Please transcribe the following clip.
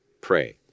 pray